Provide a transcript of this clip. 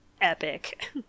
epic